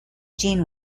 jean